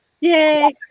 Yay